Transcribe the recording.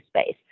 space